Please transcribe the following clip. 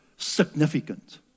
Significant